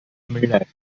miller